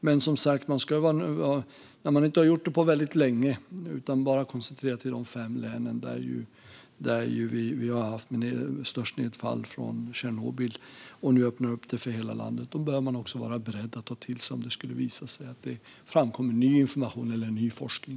Men när man inte har gjort detta på väldigt länge, utan bara haft det koncentrerat till de fem län där nedfallet från Tjernobyl varit störst, och nu öppnar upp det för hela landet behöver man vara beredd att ta till sig om det skulle visa sig att det framkommer ny information eller ny forskning.